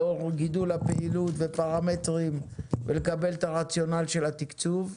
לאור גידול הפעילות ופרמטרים ולקבל את הרציונל של התקצוב.